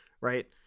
right